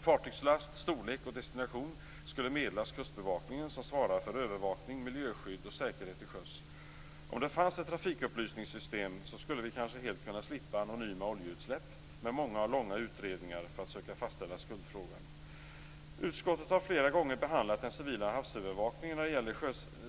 Fartygslast, storlek och destination skulle meddelas kustbevakningen, som svarar för övervakning, miljöskydd och säkerhet till sjöss. Om det fanns ett trafikupplysningssystem skulle vi kanske helt slippa anonyma oljeutsläpp med många och långa utredningar för att söka fastställa skuldfrågan. Utskottet har flera gånger behandlat den civila havsövervakningen när det gäller